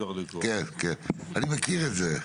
אני מכיר את זה.